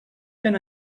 tan